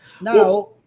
now